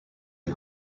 les